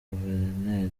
guverineri